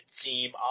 team